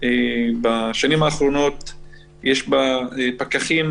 בשנים האחרונות יש בה פקחים,